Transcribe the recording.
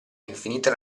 infinita